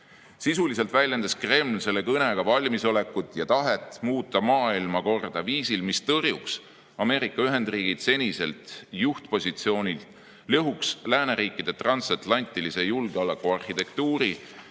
vastu. Sisuliselt väljendas Kreml selle kõnega valmisolekut ja tahet muuta maailmakorda viisil, mis tõrjuks Ameerika Ühendriigid seniselt juhtpositsioonilt, lõhuks lääneriikide transatlantilise julgeolekuarhitektuuri